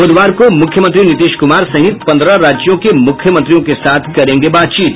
ब्रधवार को मुख्यमंत्री नीतीश कुमार सहित पंद्रह राज्यों के मुख्यमंत्रियों के साथ करेंगे बातचीत